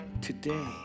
today